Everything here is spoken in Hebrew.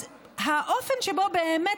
אז האופן שבו באמת,